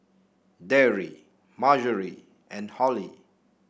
Darry Marjory and Holly